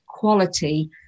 quality